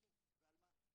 מקצוע בתחומים האלה,